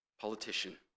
politician